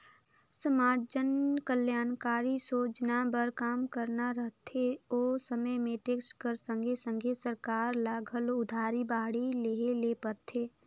समाज जनकलयानकारी सोजना बर काम करना रहथे ओ समे में टेक्स कर संघे संघे सरकार ल घलो उधारी बाड़ही लेहे ले परथे